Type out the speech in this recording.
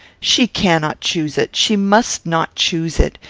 she cannot choose it. she must not choose it.